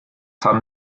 haben